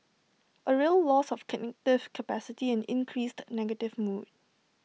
A real loss of cognitive capacity and increased negative mood